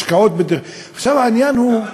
גם אני בתוכו?